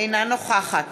אינה נוכחת